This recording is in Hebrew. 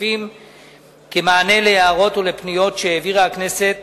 הכספים כמענה על הערות ופניות שהעבירה הכנסת